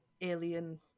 alien